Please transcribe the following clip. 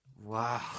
wow